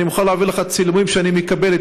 אני מוכן להעביר לך צילומים שאני מקבל,